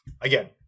again